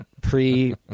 Pre